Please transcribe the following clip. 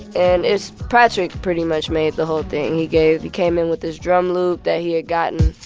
and it's patrick pretty much made the whole thing. he gave he came in with this drum loop that he had gotten.